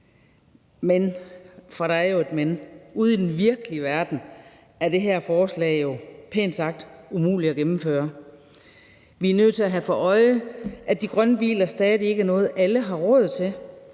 Men – for der er jo et men – ude i den virkelige verden er det her forslag jo, pænt sagt, umuligt at gennemføre. Vi er nødt til at have for øje, at de grønne biler stadig ikke er noget, alle har råd til,